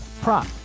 prop